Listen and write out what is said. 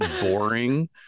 boring